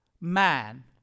man